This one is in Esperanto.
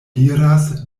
diras